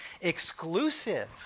exclusive